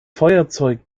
feuerzeug